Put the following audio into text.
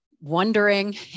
wondering